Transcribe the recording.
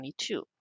2022